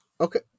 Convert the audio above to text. Okay